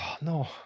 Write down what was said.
no